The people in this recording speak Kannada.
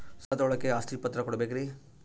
ಸಾಲ ತೋಳಕ್ಕೆ ಆಸ್ತಿ ಪತ್ರ ಕೊಡಬೇಕರಿ?